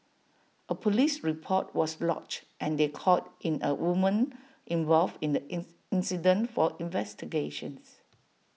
A Police report was lodged and they called in A woman involved in the ins incident for investigations